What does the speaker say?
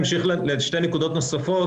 אמשיך לשתי נקודות נוספות,